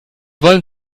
wollen